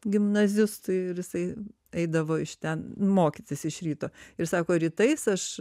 gimnazistui ir jisai eidavo iš ten mokytis iš ryto ir sako rytais aš